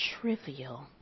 trivial